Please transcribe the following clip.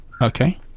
Okay